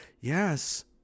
Yes